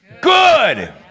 good